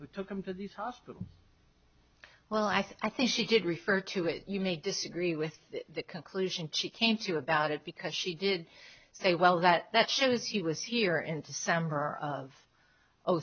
who took him to the hospital well i think she did refer to it you may disagree with the conclusion she came to about it because she did say well that that she was he was here in december of